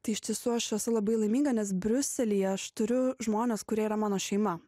tai iš tiesų aš esu labai laiminga nes briuselyje aš turiu žmones kurie yra mano šeima